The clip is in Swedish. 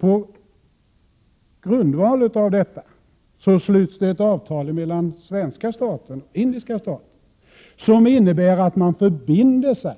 På grundval av detta avtal slöts det ett avtal mellan svenska staten och indiska staten som innebär att Sverige förbinder sig